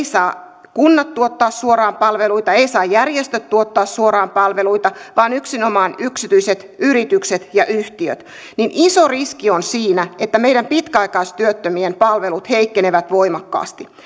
saa kunnat tuottaa suoraan palveluita eivät saa järjestöt tuottaa suoraan palveluita vaan yksinomaan yksityiset yritykset ja yhtiöt niin iso riski on siinä että meidän pitkäaikaistyöttömien palvelumme heikkenevät voimakkaasti